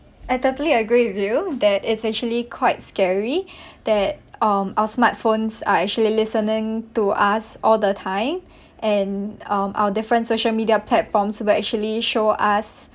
I totally agree with you that it's actually quite scary that um our smartphones are actually listening to us all the time and um our different social media platforms will actually show us